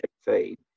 feed